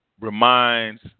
reminds